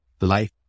Life